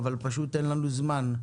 אבל פשוט אין לנו זמן.